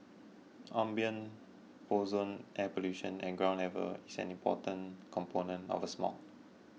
ambient ozone air pollution at ground level is an important component of smog